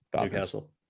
Newcastle